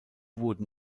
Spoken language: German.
wurden